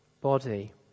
body